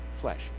flesh